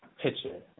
picture